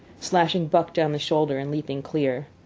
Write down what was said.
slashing buck down the shoulder and leaping clear.